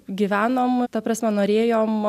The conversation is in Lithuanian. gyvenom ta prasme norėjom